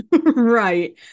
Right